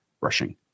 rushing